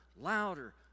louder